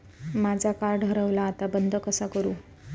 माझा कार्ड हरवला आता बंद कसा करू?